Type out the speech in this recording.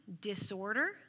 disorder